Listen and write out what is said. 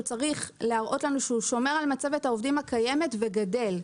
הוא צריך להראות לנו שהוא שומר על מצבת העובדים הקיימת וגדל.